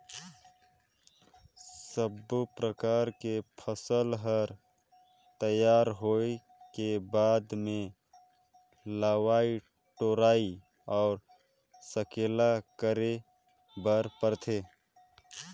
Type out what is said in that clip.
सब्बो परकर के फसल हर तइयार होए के बाद मे लवई टोराई अउ सकेला करे बर परथे